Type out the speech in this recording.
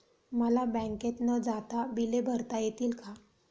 मला बँकेत न जाता बिले भरता येतील का?